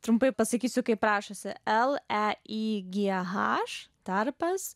trumpai pasakysiu kaip rašosi l e y g h tarpas